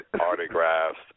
autographs